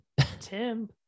Tim